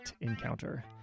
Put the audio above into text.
encounter